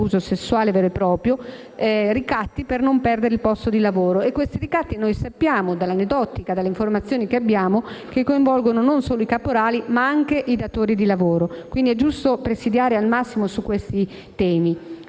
quindi giusto presidiare al massimo questi temi.